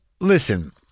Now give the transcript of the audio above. listen